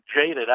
jaded